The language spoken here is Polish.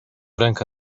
rękę